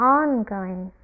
ongoing